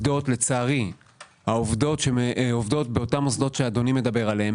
לצערי העובדות שעובדות באותם מוסדות שאדוני מדבר עליהם,